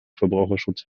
verbraucherschutz